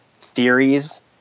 theories